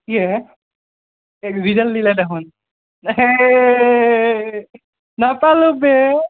কি হে এগ্ৰিডাল দিলে দেখোন হে নাপালোঁ বে